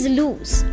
lose